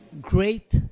great